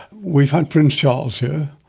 we've had prince charles here.